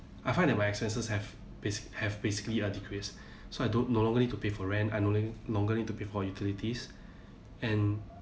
I find that my expenses have bas~ have basically uh decreased so I don't no longer need to pay for rent I no longer need to pay for utilities and